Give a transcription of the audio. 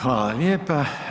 Hvala lijepa.